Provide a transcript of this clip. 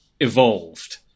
evolved